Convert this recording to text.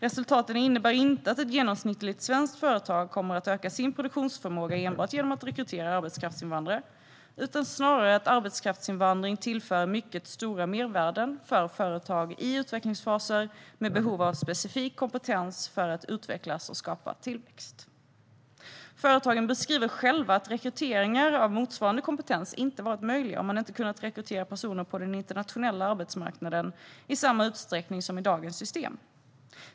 Resultaten innebär inte att ett genomsnittligt svenskt företag kommer att öka sin produktionsförmåga enbart genom att rekrytera arbetskraftsinvandrare utan snarare att arbetskraftsinvandring tillför mycket stora mervärden för företag i utvecklingsfaser med behov av specifik kompetens för att utvecklas och skapa tillväxt. Företagen beskriver själva att rekryteringar av motsvarande kompetens inte varit möjliga om de inte hade kunnat rekrytera personer på den internationella arbetsmarknaden i samma utsträckning som i dagens system.